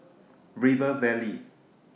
River Valley